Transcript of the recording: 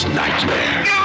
nightmare